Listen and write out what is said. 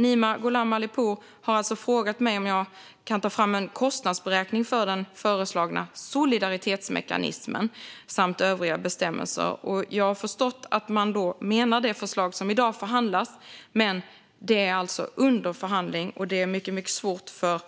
Nima Gholam Ali Pour har frågat mig om jag kan ta fram en kostnadsberäkning för den föreslagna solidaritetsmekanismen samt övriga bestämmelser. Jag har förstått att han menar det förslag som förhandlas i dag. Men det är alltså under förhandling, och det är mycket svårt för